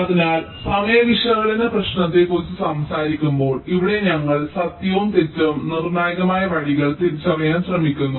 അതിനാൽ സമയ വിശകലന പ്രശ്നത്തെക്കുറിച്ച് സംസാരിക്കുമ്പോൾ ഇവിടെ ഞങ്ങൾ സത്യവും തെറ്റും നിർണായകമായ വഴികൾ തിരിച്ചറിയാൻ ശ്രമിക്കുന്നു